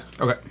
Okay